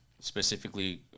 Specifically